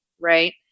right